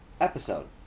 episode